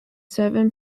seven